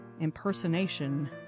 impersonation